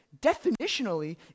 definitionally